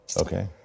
Okay